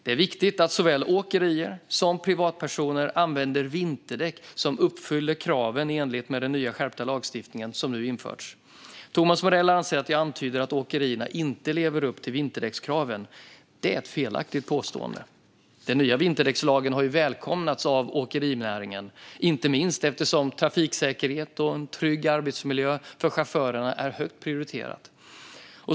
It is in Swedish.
Det är viktigt att såväl åkerier som privatpersoner använder vinterdäck som uppfyller kraven i den nya skärpta lagstiftning som nu införts. Thomas Morell anser att jag antyder att åkerierna inte lever upp till vinterdäckskraven. Det är ett felaktigt påstående. Den nya vinterdäckslagen har ju välkomnats av åkerinäringen, inte minst eftersom trafiksäkerhet och en trygg arbetsmiljö för chaufförerna är högt prioriterat.